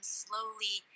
slowly